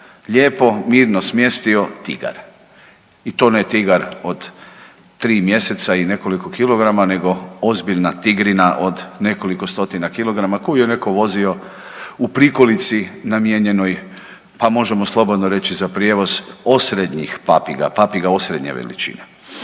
lijepo mirno smjestio tigar i to ne tigar od 3 mjeseca i nekoliko kilograma nego ozbiljna tigrina od nekoliko 100-tina kilograma koju je neko vozio u prikolici namijenjenoj, pa možemo slobodno reći za prijevoz osrednjih papiga, papiga osrednje veličine.